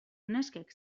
neskek